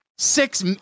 Six